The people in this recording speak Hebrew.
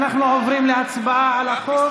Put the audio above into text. אנחנו עוברים להצבעה על החוק.